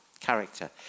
character